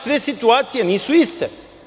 Sve situacije nisu iste.